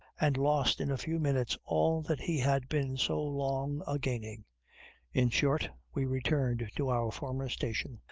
and lost in a few minutes all that he had been so long a-gaining in short, we returned to our former station,